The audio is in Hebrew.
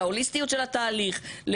להוליסטיות של התהליך,